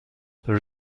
there